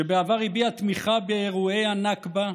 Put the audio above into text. שבעבר הביע תמיכה באירועי הנכבה,